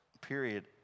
period